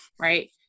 right